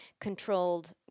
controlled